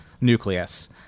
nucleus